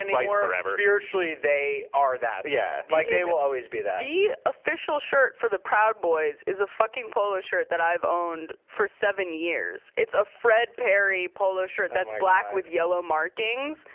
and vice forever. spiritually, they are that. yeah like they will always be that. the official shirt for the proud boys is a fucking polo shirt that i've owned for seven years. it's a fred perry polo shirt that's black with yellow markings,